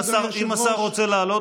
אם השר רוצה לעלות,